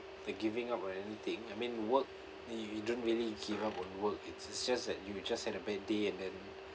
like giving up or anything I mean work eh you don't really give up on work it's just that you're just had a bad day and then